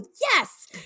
yes